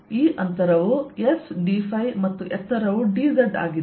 ಈ ಅಂತರವು s dϕ ಮತ್ತು ಎತ್ತರವು dz ಆಗಿದೆ